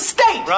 State